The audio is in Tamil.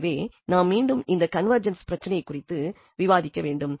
எனவே நாம் மீண்டும் இந்த கன்வெர்ஜென்ஸ் பிரச்சனை குறித்து விவாதிக்கவேண்டும்